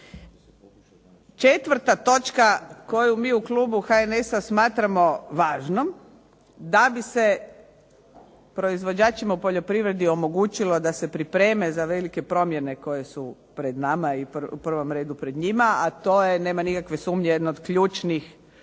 4. točka koju mi u klubu HNS-a smatramo važnom da bi se proizvođačima u poljoprivredi omogućilo da se pripreme za velike promjene koje su pred nama i u prvom redu pred njima, a to je, nema nikakve sumnje, jedno od ključnih